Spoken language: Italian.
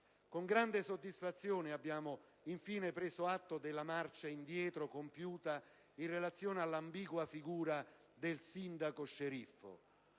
Con grande soddisfazione, infine, abbiamo preso atto della marcia indietro compiuta in relazione alla ambigua figura del sindaco sceriffo.